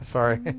Sorry